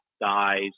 dies